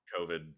COVID